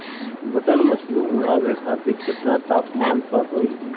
Button mushroom उगावे खातिर केतना तापमान पर होई?